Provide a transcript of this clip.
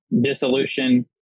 dissolution